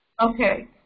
Okay